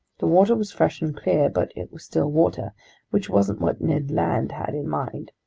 the water was fresh and clear, but it was still water which wasn't what ned land had in mind.